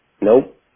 Nope